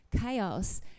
chaos